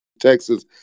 Texas